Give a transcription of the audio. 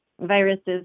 viruses